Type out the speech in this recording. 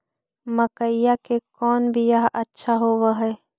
मकईया के कौन बियाह अच्छा होव है?